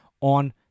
on